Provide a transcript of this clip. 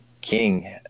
King